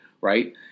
right